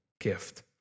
gift